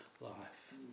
life